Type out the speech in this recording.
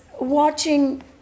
watching